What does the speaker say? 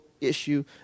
issue